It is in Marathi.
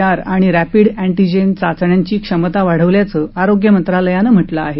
आर आणि रप्रिंड अँटिजेन चाचण्यांची क्षमता वाढवल्याचं आरोग्य मंत्रालयानं म्हटलं आहे